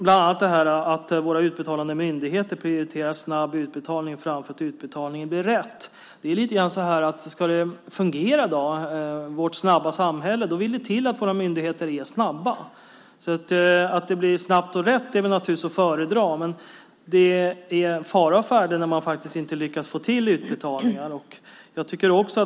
Bland annat gäller det att våra utbetalande myndigheter prioriterar snabb utbetalning framför att utbetalningen blir rätt. Om vårt snabba samhälle ska fungera vill det till att våra myndigheter är snabba. Att det blir snabbt och rätt är naturligtvis att föredra, men det är fara å färde när man inte lyckas få till utbetalningar.